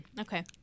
okay